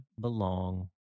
belong